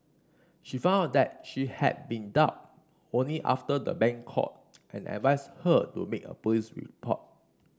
she found out she had been duped only after the bank called and advised her to make a police report